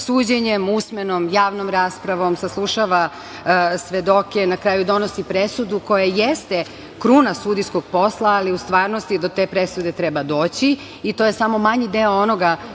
suđenjem, usmenom, javnom raspravom, saslušava svedoke, na kraju donosi presudu koja jeste kruna sudijskog posla, ali u stvarnosti do te presude treba doći. To je samo manji deo onoga